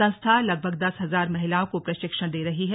संस्था लगभग दस हजार महिलाओं को प्रशिक्षण दे रही है